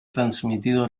transmitido